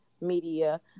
media